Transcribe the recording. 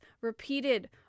repeated